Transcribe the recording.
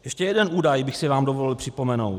Ještě jeden údaj bych si vám dovolil připomenout.